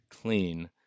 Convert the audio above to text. clean